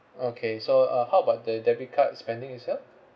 okay so uh how about the debit card spending itself